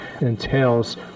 entails